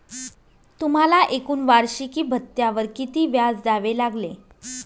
तुम्हाला एकूण वार्षिकी भत्त्यावर किती व्याज द्यावे लागले